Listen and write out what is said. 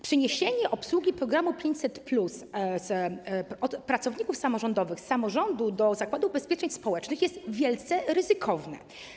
Przeniesienie obsługi programu 500+ z zakresu zadań pracowników samorządowych, z samorządu do Zakładu Ubezpieczeń Społecznych jest wielce ryzykowne.